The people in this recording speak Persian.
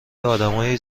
ادمای